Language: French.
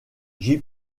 j’y